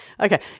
Okay